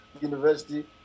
university